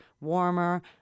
warmer